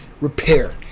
repair